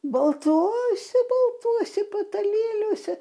baltuose baltuose patalėliuose